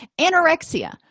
Anorexia